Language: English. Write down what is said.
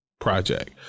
project